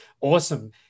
Awesome